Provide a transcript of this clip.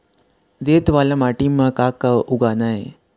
रेत वाला माटी म का का उगाना ये?